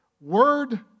Word